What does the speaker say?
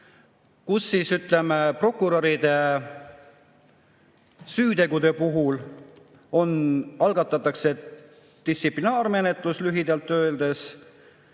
kus, ütleme, prokuröride süütegude puhul algatatakse distsiplinaarmenetlus lühidalt öeldes